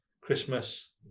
Christmas